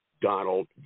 Donald